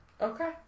Okay